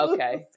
Okay